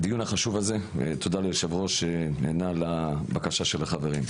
תודה ליושב ראש שנענה לבקשה של החברים.